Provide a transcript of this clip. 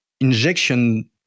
injection